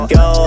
go